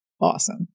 awesome